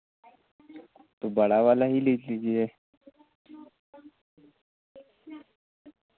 तो बड़ा वाला ही ले लीजिए